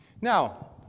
Now